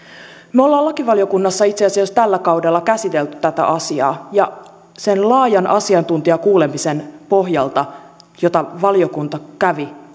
me olemme lakivaliokunnassa itse asiassa tällä kaudella käsitelleet tätä asiaa ja sen laajan asiantuntijakuulemisen pohjalta jonka valiokunta kävi